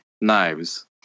Knives